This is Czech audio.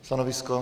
Stanovisko?